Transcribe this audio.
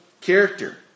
character